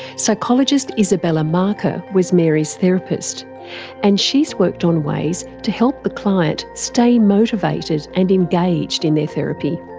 psychologist isabella marker was mary's therapist and she's worked on ways to help the client stay motivated and engaged in their therapy.